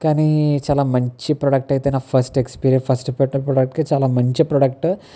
కానీ చాలా మంచి ప్రోడక్ట్ అయితే నాకు ఫస్ట్ ఎక్స్పీ ఫస్ట్ పెట్టడానికి చాలా మంచి ప్రోడక్ట్